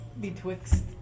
Betwixt